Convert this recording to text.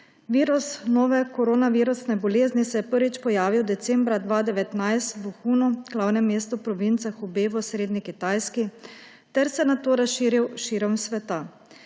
Virus nove koronavirusne bolezni se je prvič pojavil decembra 2019 v Vuhanu, glavnem mestu province Hubei v osrednji Kitajski ter se nato razširil širom sveta.